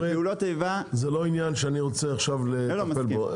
בצורת זה לא עניין שאני רוצה עכשיו לטפל בו.